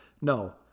No